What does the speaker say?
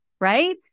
right